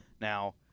now